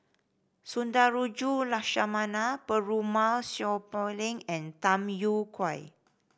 Sundarajulu Lakshmana Perumal Seow Poh Leng and Tham Yui Kai